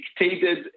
dictated